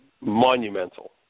monumental